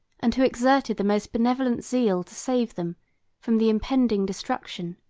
and who exerted the most benevolent zeal to save them from the impending destruction.